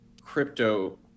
crypto